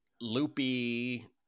loopy